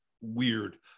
weird